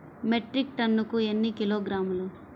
Metric టన్నుకు ఎన్ని కిలోగ్రాములు?